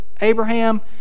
Abraham